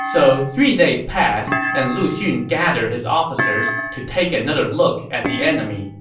so three days passed, and lu xun gathered his officers to take a look at the enemy.